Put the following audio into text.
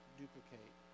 duplicate